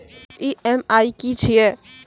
EMI की छिये?